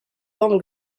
formes